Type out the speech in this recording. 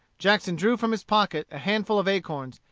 jackson drew from his pocket a handful of acorns,